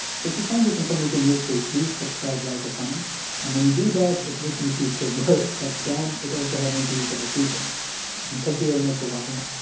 so if you find this information useful please subscribe, like, or comment and when you do that it makes me feel so good but then it also helps me to reach other people and thank you very much for watching it.